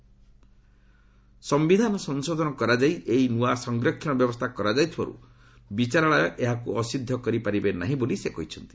ସିୟିଧାନ ସଂଶୋଧନ କରାଯାଇ ଏହି ନୂଆ ସଂରକ୍ଷଣ ବ୍ୟବସ୍ଥା କରାଯାଉଥିବାରୁ ବିଚାରାଳୟ ଏହାକୁ ଅସିଦ୍ଧ କରିପାରିବେ ନାହିଁ ବୋଲି ସେ କହିଛନ୍ତି